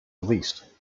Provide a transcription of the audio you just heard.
released